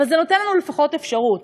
אבל זה נותן לנו לפחות אפשרות